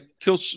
kill